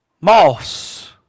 Moss